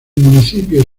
municipio